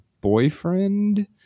boyfriend